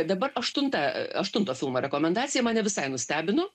dabar aštunta aštunto filmo rekomendacija mane visai nustebino